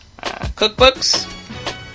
cookbooks